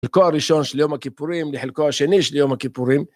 לחלקו הראשון של יום הכיפורים, לחלקו השני של יום הכיפורים.